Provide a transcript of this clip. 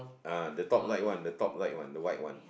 ah the top right one the top right one the white one